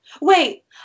Wait